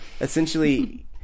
essentially